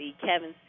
Kevin